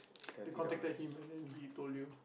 they contacted him and then he told you